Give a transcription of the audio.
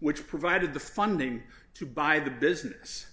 which provided the funding to buy the business